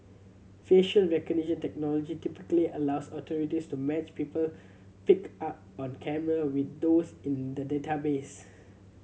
facial recognition technology typically allows authorities to match people picked up on camera with those in databases